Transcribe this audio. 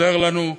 עוזר לנו,